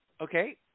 Okay